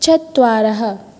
चत्वारः